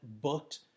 booked